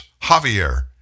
Javier